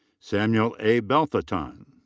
samuel a. belteton.